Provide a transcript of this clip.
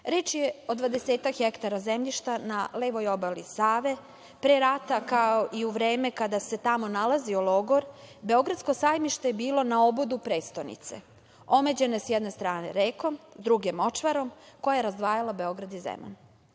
Reč je o dvadesetak hektara zemljišta na levoj obali Save, pre rata kao i u vreme kada se tamo nalazio logor Beogradsko sajmište je bilo na obodu prestonice, omeđano sa jedne strane rekom, sa druge močvarom koja je razdvajala Beograd i Zemun.